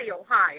Ohio